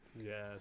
Yes